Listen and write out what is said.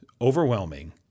overwhelming